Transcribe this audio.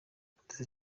producer